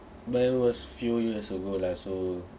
but it was few years ago lah so